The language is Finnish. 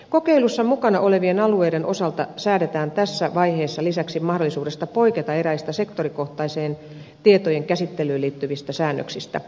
kokeilussa mukana olevien alueiden osalta säädetään tässä vaiheessa lisäksi mahdollisuudesta poiketa eräistä sektorikohtaiseen tietojenkäsittelyyn liittyvistä säännöksistä